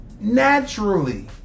naturally